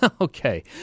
Okay